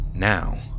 Now